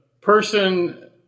person